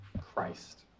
Christ